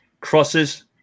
Crosses